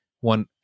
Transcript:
one